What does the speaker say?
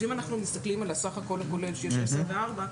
אם אנחנו מסתכלים על הסך הכול הכולל שיש עשר וארבע,